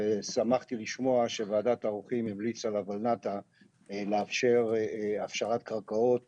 ושמחתי לשמוע שוועדת האורחים המליצה לוועדה לאפשר הפשרת קרקעות